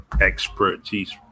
expertise